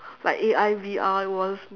like A_I V_R was